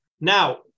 Now